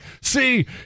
see